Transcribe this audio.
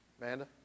Amanda